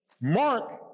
Mark